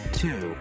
two